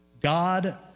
God